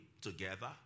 together